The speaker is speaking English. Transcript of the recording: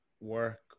work